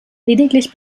lediglich